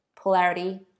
polarity